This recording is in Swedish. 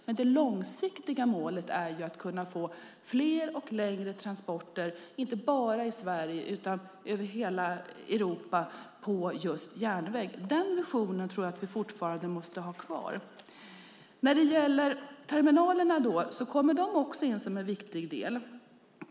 Men det långsiktiga målet är att kunna få fler och längre transporter inte bara i Sverige utan över hela Europa på järnväg. Den visionen tror jag att vi fortfarande måste ha kvar. Också terminalerna kommer in som en viktig del.